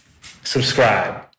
subscribe